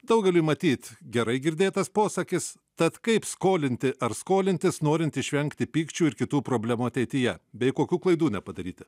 daugeliui matyt gerai girdėtas posakis tad kaip skolinti ar skolintis norint išvengti pykčių ir kitų problemų ateityje bei kokių klaidų nepadaryti